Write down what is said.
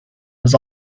was